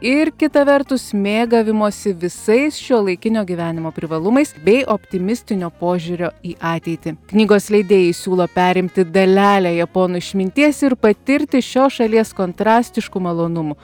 ir kita vertus mėgavimosi visais šiuolaikinio gyvenimo privalumais bei optimistinio požiūrio į ateitį knygos leidėjai siūlo perimti dalelę japonų išminties ir patirti šios šalies kontrastiškų malonumų